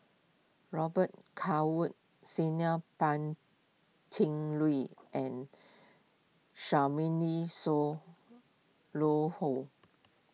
Robet Carr Woods Senior Pan Cheng Lui and Charmaine